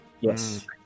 Yes